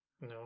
No